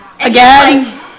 again